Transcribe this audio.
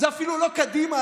אפילו לא קדימה.